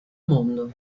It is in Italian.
mondo